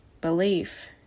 belief